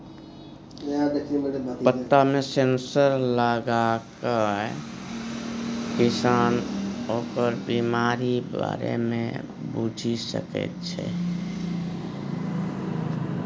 पत्तामे सेंसर लगाकए किसान ओकर बिमारीक बारे मे बुझि सकैत छै